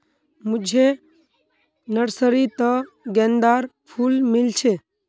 मुझे नर्सरी त गेंदार फूल मिल छे